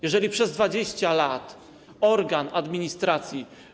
Jeżeli przez 20 lat organ administracji.